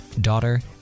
daughter